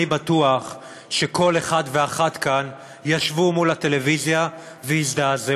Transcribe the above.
אני בטוח שכל אחד ואחת כאן ישבו מול הטלוויזיה והזדעזעו,